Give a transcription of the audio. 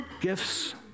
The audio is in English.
gifts